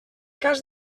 cas